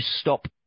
stop